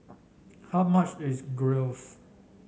how much is Gyros